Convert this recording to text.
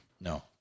No